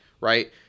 right